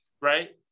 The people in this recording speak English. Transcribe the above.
right